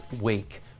week